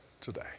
today